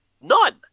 None